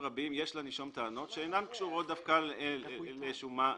טענות שלא קשורות דווקא לשומה נוספת.